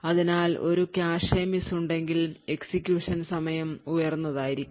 അതിനാൽ ഒരു cache miss ഉണ്ടെങ്കിൽ എക്സിക്യൂഷൻ സമയം ഉയർന്നതായിരിക്കും